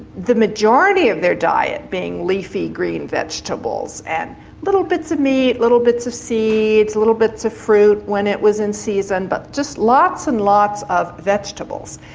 the majority of their diet being leafy green vegetables and little bits of meat, little bits of seeds, little bits of fruit when it was in season but just lots and lots of vegetables.